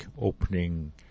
opening